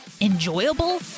enjoyable